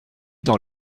dans